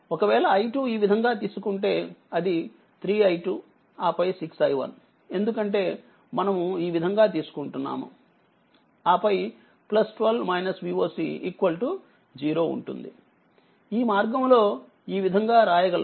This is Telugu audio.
ఒకవేళi2ఈ విధంగా తీసుకుంటే అది 3i2ఆపై6i1ఎందుకంటేమనము ఈ విధంగా తీసుకుంటున్నాముఆపై12 Voc 0 ఉంటుందిఈ మార్గం లోఈ విధంగా వ్రాయగలరు